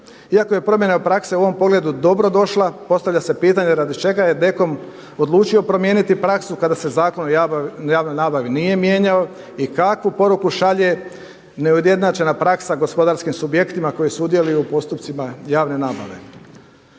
Iako je promjena prakse u ovom pogledu dobro došla, postavlja se pitanje radi čega je DKOM odlučio promijenio praksu kada se Zakon o javnoj nabavi nije mijenjao? I kakvu poruku šalje neujednačena praksa gospodarskim subjektima koji sudjeluju u postupcima javne nabave?